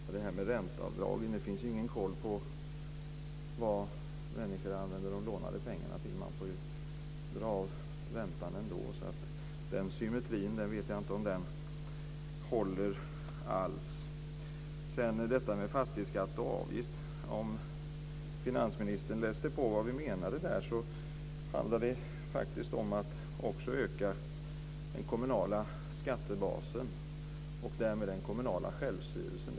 Fru talman! När det gäller det här med ränteavdragen finns det ju ingen koll på vad människor använder de lånade pengarna till. Man får ju dra av räntan ändå, så jag vet inte om den symmetrin alls håller. Sedan gällde det detta med fastighetsskatt och avgift. Om finansministern skulle läsa på vad vi menade skulle han finna att det faktiskt handlar om att också öka den kommunala skattebasen och därmed den kommunala självstyrelsen.